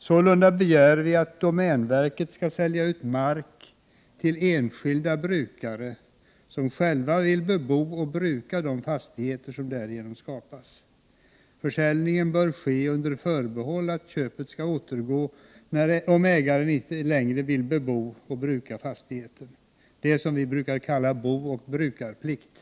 Sålunda begär vi att domänverket skall sälja ut mark till enskilda brukare som själva vill bebo och bruka de fastigheter som därigenom skapas. Försäljningen bör ske under förbehåll att köpet skall återgå om ägaren inte längre vill bebo och 113 bruka fastigheten. Detta är vad vi kallar bocoh brukarplikt. Prot.